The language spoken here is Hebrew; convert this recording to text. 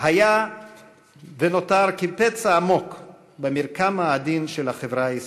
היה ונותר פצע עמוק במרקם העדין של החברה הישראלית.